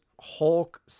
Hulk